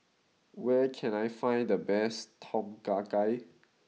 where can I find the best Tom Kha Gai